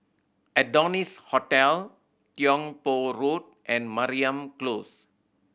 Adonis Hotel Tiong Poh Road and Mariam Close